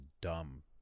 dumb